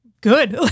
good